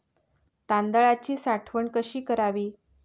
तांदळाची साठवण कशी करावी?